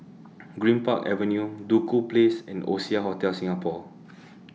Greenpark Avenue Duku Place and Oasia Hotel Singapore